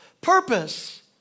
purpose